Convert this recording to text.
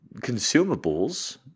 consumables